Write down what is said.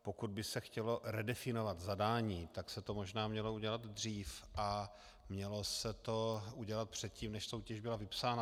Pokud by se chtělo redefinovat zadání, tak se to možná mělo udělat dřív a mělo se to udělat předtím, než soutěž byla vypsána.